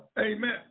Amen